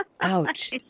Ouch